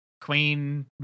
Queen